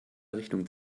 richtung